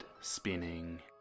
spinning